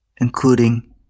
including